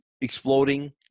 exploding